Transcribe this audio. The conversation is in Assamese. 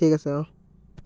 ঠিক আছে অ'